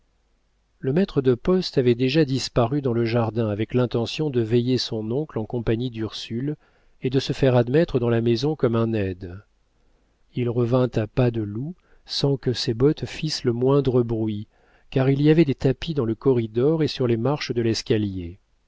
le maître de poste avait déjà disparu dans le jardin avec l'intention de veiller son oncle en compagnie d'ursule et de se faire admettre dans la maison comme un aide il revint à pas de loup sans que ses bottes fissent le moindre bruit car il y avait des tapis dans le corridor et sur les marches de l'escalier